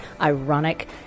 ironic